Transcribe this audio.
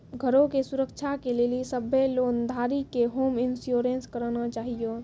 घरो के सुरक्षा के लेली सभ्भे लोन धारी के होम इंश्योरेंस कराना छाहियो